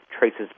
traces